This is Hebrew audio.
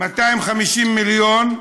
250 מיליון,